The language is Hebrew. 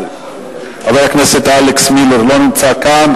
חבר הכנסת אלכס מילר, לא נמצא כאן.